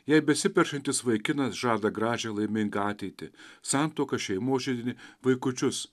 jai besiperšantis vaikinas žada gražią laimingą ateitį santuoką šeimos židinį vaikučius